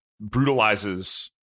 brutalizes